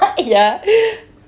ya